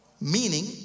Meaning